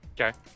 Okay